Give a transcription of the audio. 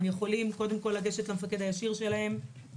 הם יכולים לגשת למפקד הישיר שלהם,